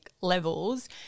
levels